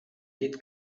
llit